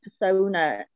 persona